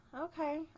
Okay